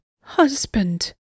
Husband